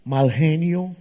Malgenio